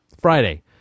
Friday